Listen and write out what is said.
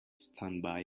standby